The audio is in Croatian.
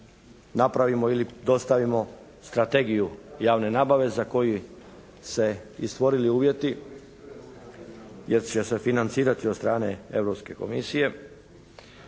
napravimo ili dostavimo strategiju javne nabave za koju su se i stvorili uvjeti jer će se financirati od strane Europske komisije